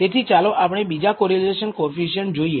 તેથી ચાલો આપણે બીજા કોરિલેશન કોએફિસિએંટ જોઈએ